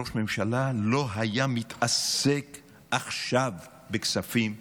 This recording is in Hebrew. ראש הממשלה לא היה מתעסק עכשיו בכספים קואליציוניים.